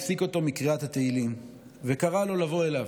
הפסיק אותו מקריאת התהילים וקרא לו לבוא אליו.